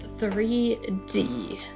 3D